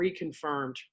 reconfirmed